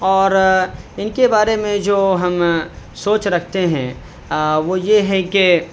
اور ان کے بارے میں جو ہم سوچ رکھتے ہیں وہ یہ ہے کہ